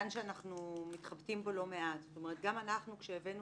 סעיף ותת סעיף כאן ולעשות לכם התאמות.